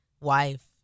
wife